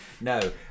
No